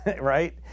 right